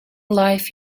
life